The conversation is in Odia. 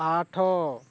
ଆଠ